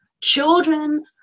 Children